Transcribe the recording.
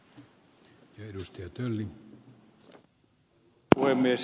arvoisa puhemies